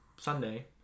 Sunday